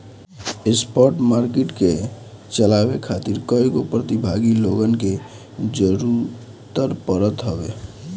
spot market के चलावे खातिर कईगो प्रतिभागी लोगन के जरूतर पड़त हवे